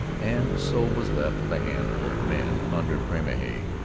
and so was left with a handful of men under cramahe.